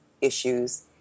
issues